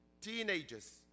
teenagers